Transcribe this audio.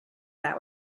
that